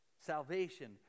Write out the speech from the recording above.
salvation